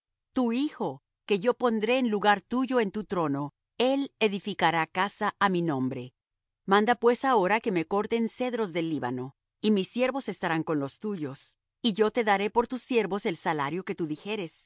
tu hijo que yo pondré en lugar tuyo en tu trono él edificará casa á mi nombre manda pues ahora que me corten cedros del líbano y mis siervos estarán con los tuyos y yo te daré por tus siervos el salario que tú dijeres